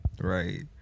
right